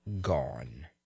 gone